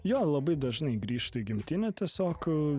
jo labai dažnai grįžtu į gimtinę tiesiog